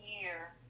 year